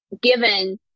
given